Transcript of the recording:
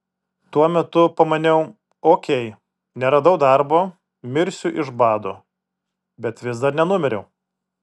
tuo metu pamaniau ok neradau darbo mirsiu iš bado bet vis dar nenumiriau